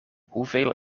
hoeveel